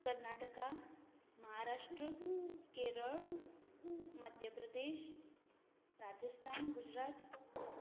Karnataka Maharashtra Kerala Madhya Pradesh Rajasthan Gujarat